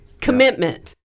Commitment